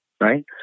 right